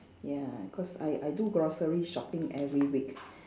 ya cause I I do grocery shopping every week